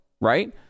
right